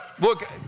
Look